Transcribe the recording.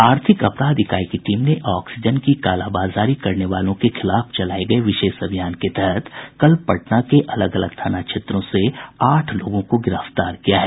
आर्थिक अपराध इकाई की टीम ने ऑक्सीजन की कालाबाजारी करने वालों के खिलाफ चलाये गये विशेष अभियान के तहत कल पटना के अलग अलग थाना क्षेत्रों से आठ लोगों को गिरफ्तार किया है